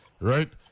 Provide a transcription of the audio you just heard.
right